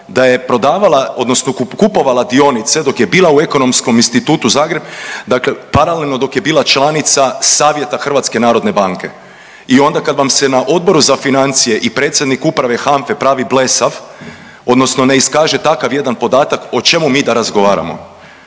da je prodavala odnosno kupovala dionice dok je bila u Ekonomskim institutu Zagreb, dakle paralelno dok je bila članica savjeta HNB-a. I onda kad vam se na Odboru za financije i predsjednik uprave HANFE pravi blesav odnosno ne iskaže takav jedan podatak o čemu mi da razgovaramo.